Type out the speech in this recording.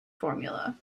formula